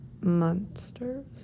Monsters